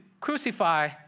crucify